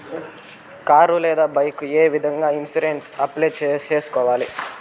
car లేదా bike ఏ విధంగా ఇన్సూరెన్సు అప్లై సేసుకోవాలి